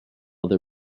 other